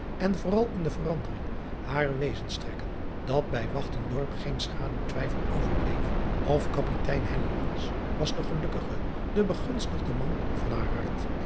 en vooral in de verandering harer wezenstrekken dat bij geen schaduw twijfel overbleef of apitein was de gelukkige de begunstigde man van haar hart